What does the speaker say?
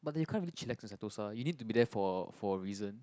but you can't really chillax in Sentosa you need to be there for for a reason